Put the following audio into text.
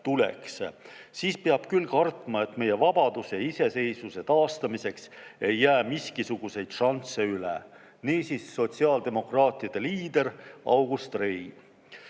siis peab küll kartma, et meie vabaduse ja iseseisvuse taastamiseks ei jää miskisuguseid shansse üle." Nii [ütles] sotsiaaldemokraatide liider August Rei.